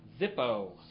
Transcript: Zippo